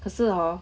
可是 hor